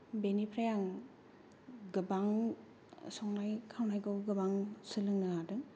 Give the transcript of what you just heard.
बेनिफ्राय आं गोबां संनाय खावनायखौ गोबां सोलोंनो हादों